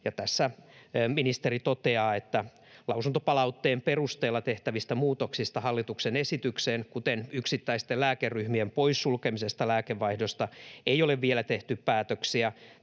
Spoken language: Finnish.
Tässä ministeri toteaa, että lausuntopalautteen perusteella tehtävistä muutoksista hallituksen esitykseen, kuten yksittäisten lääkeryhmien poissulkemisesta lääkevaihdosta, ei ole vielä tehty päätöksiä